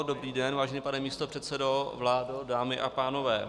Dobrý den, vážený pane místopředsedo, vládo, dámy a pánové.